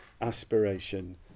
aspiration